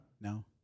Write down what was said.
No